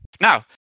Now